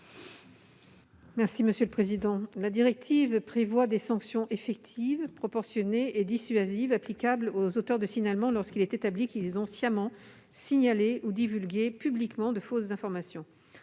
de la commission ? La directive prévoit « des sanctions effectives, proportionnées et dissuasives applicables aux auteurs de signalement lorsqu'il est établi qu'ils ont sciemment signalé ou divulgué publiquement de fausses informations